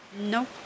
No